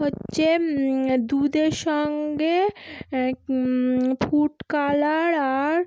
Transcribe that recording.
হচ্চে দুধের সঙ্গে ফুড কালার আর